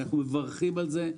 אנחנו מברכים על זה,